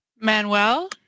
Manuel